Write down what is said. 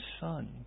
son